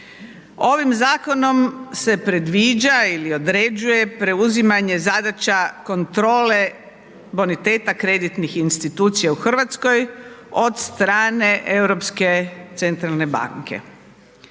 Ovim zakonom se predviđa ili određuje preuzimanje zadaća kontrole boniteta kreditnih institucija u RH od strane Europske centralne banke.